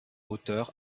auteur